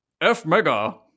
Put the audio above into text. F-Mega